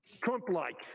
Trump-like